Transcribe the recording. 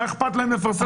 מה אכפת לו לפרסם את זה?